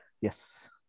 Yes